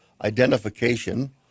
identification